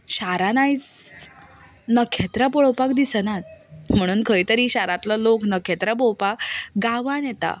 शारांत आयज नखेत्रां पळोवपाक दिसनात म्हणून खंय तरी शारांतलो लोक नखेत्रां पळोवपाक गांवांत येतात